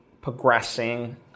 progressing